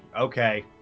Okay